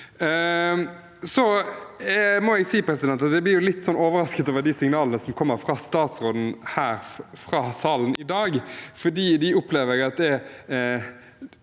Så må jeg si at jeg blir litt overrasket over de signalene som kommer fra statsråden her i salen i dag, for jeg opplever at man er